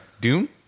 Doom